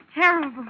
terrible